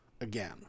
again